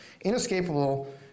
inescapable